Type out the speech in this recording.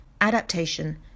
Adaptation